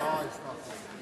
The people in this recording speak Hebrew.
לא, יסלח לי.